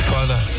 Father